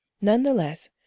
Nonetheless